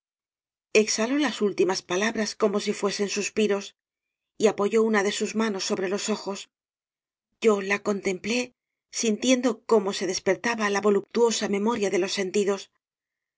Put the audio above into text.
exhaló las últimas palabras como si fue sen suspiros y apoyó una de sus manos so bre los ojos yo la contemplé sintiendo cómo se despertaba la voluptuosa memoria de los sentidos